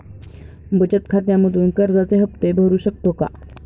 बचत खात्यामधून कर्जाचे हफ्ते भरू शकतो का?